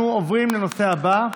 אנחנו עוברים לנושא הבא,